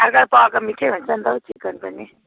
अर्काले पकाएको मिठै हुन्छ नि त हौ चिकन पनि